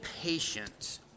patient